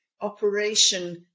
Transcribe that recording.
operation